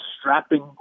strapping